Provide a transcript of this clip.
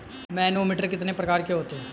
Manometer कितने प्रकार के होते हैं?